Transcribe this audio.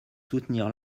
soutenir